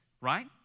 right